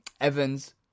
Evans